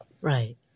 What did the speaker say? Right